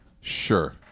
Sure